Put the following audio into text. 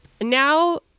Now